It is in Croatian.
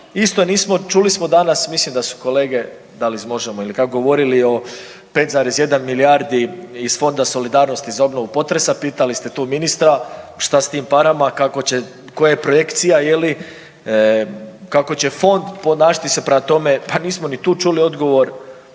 ljudima. Čuli smo danas mislim da su kolege da li iz Možemo govorili o 5,1 milijardi iz Fonda solidarnosti za obnovu potresa pitali ste tu ministra šta s tim parama, kako će koja je projekcija, kako će Fond ponašati se prema tome, pa nismo ni tu čuli odgovor